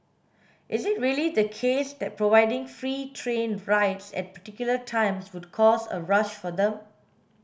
is it really the case that providing free train rides at particular times would cause a rush for them